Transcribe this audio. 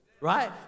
Right